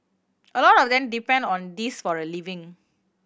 a lot of them depend on this for a living